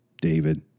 David